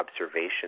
observation